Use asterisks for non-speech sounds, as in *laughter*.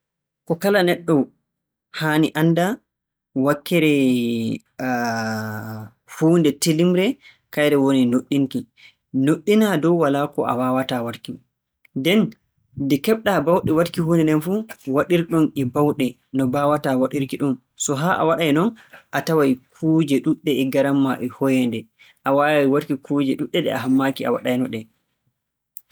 Ko kala neɗɗo haani annda wakkere *hesitation* huunde tilimnde, kayre woni nuɗɗinki. Nuɗɗina dow walaa ko a waawataa waɗki. Nden nde keɓ-ɗaa baawɗe waɗki huunde nden fuu, waɗir-ɗum e baawɗe, no mbaawata waɗirki-ɗum. So haa a waɗay non a taway kuuje ɗuuɗɗe e ngaran ma e hoyeende. A waaway waɗki kuuje ɗuuɗɗe ɗe a hammaaki a waɗaynoo-ɗe.